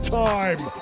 time